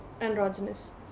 androgynous